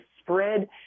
spread